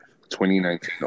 2019